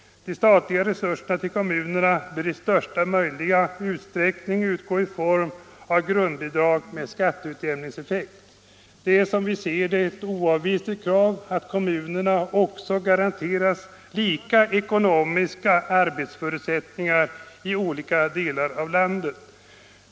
De statliga bidragen till kommunerna bör i största möjliga utsträckning utgå i form av grundbidrag med skatteutjämningseffekt. Det är som vi ser det ett oavvisligt krav att kommunerna i olika delar av landet också garanteras lika ekonomiska arbetsförutsättningar.